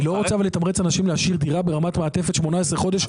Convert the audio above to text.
אני לא רוצה לתמרץ אנשים להשאיר דירה ברמת מעטפת למשך 18 חודשים,